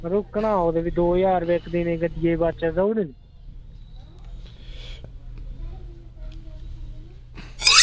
रुकना होग तां दौ ज्हार इक्क दिन दी गड्डियै ई बचत देई ओड़ो नी